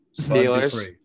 Steelers